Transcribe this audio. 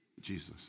Jesus